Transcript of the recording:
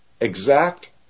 exact